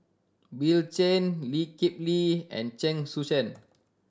Bill Chen Lee Kip Lee and Chen Sucheng